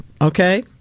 Okay